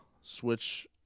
switch